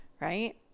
right